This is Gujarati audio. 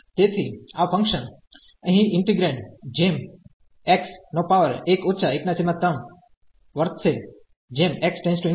તેથી આ ફંકશન અહીં ઈન્ટિગ્રેન્ડ જેમ x1−13 વર્તશે જેમ x→∞